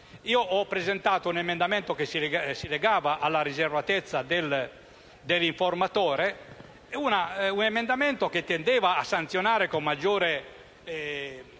Ho presentato un emendamento che si legava alla riservatezza dell'informatore e tendeva a sanzionare con maggiore